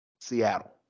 Seattle